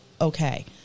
okay